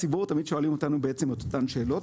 כי בדרך כלל נבחרי הציבור שואלים אותנו את אותן השאלות,